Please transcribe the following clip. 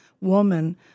woman